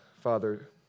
Father